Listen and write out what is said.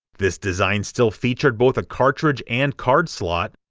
this design still featured both a cartridge and card slot,